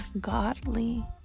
godly